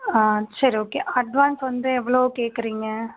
ஆ சரி okay advance வந்து எவ்வளோ கேட்குறீங்க